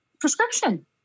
prescription